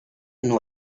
nur